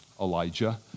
Elijah